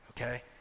okay